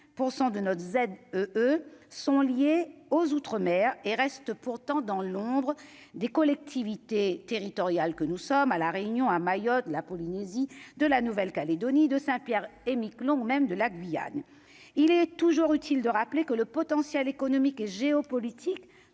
97,5 % de notre Z E sont liés aux outre-mer et reste pourtant dans l'ombre des collectivités territoriales, que nous sommes à la Réunion, à Mayotte, la Polynésie de la Nouvelle Calédonie de Saint Pierre et Miquelon ou même de la Guyane, il est toujours utile de rappeler que le potentiel économique et géopolitique